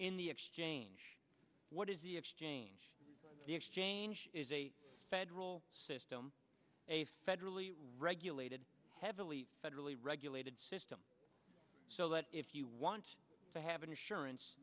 in the exchange what is the exchange the exchange is a federal system a federally regulated heavily federally regulated system so that if you want to have insurance